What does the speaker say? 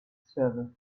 server